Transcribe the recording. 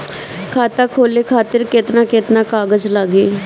खाता खोले खातिर केतना केतना कागज लागी?